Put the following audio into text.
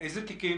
אילו תיקים